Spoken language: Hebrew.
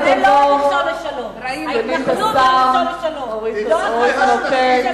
אתם תגידו את האמת,